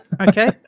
Okay